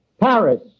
Paris